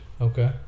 Okay